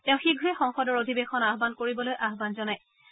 তেওঁ শীঘ্ৰে সংসদৰ অধিৱেশন আহান কৰিবলৈ আহান জনাইছে